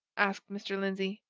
asked mr. lindsey.